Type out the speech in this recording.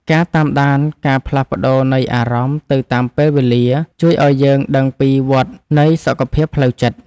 ការតាមដានការផ្លាស់ប្តូរនៃអារម្មណ៍ទៅតាមពេលវេលា ជួយឱ្យយើងដឹងពីវដ្តនៃសុខភាពផ្លូវចិត្ត។